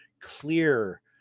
clear